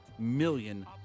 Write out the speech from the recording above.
Million